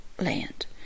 land